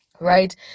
right